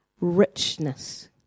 richness